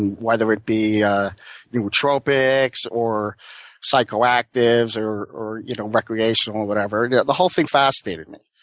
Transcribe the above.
whether it be nootropics or psychoactives or or you know recreational, whatever. the whole thing fascinated me.